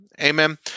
Amen